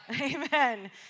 Amen